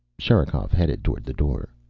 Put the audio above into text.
sherikov headed toward the door.